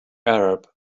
arab